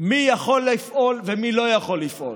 מי יכול לפעול ומי לא יכול לפעול.